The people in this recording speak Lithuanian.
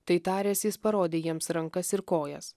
tai taręs jis parodė jiems rankas ir kojas